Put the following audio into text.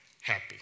happy